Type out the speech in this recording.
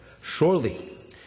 surely